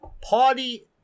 Party